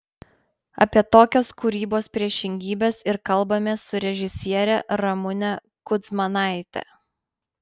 apie tokias kūrybos priešingybes ir kalbamės su režisiere ramune kudzmanaite